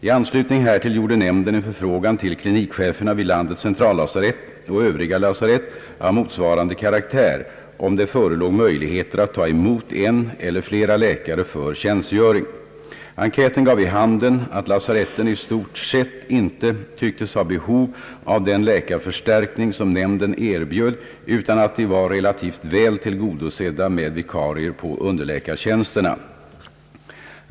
I anslutning härtill gjorde nämnden en förfrågan till klinikcheferna vid landets centrallasarett och övriga lasarett av motsvarande karaktär om det förelåg möjligheter att ta emot en eller flera läkare för tjänstgöring. Enkäten gav vid handen, att lasaretten i stort sett inte tycktes ha behov av den läkarförstärkning som nämnden erbjöd utan att de var relativt väl tillgodosedda med vikarier på underläkartjänsterna.